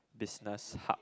business hub